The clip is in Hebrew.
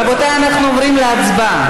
רבותיי, אנחנו עוברים להצבעה.